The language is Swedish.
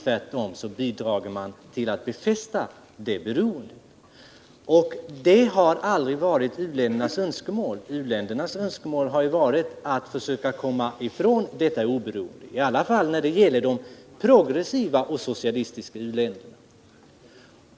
Tvärtom bidrar man till att befästa detta beroende, vilket aldrig har varit u-ländernas önskemål. Deras önskemål har varit att försöka komma ifrån beroendet i alla fall när det gäller de progressiva och socialistiska u-länderna.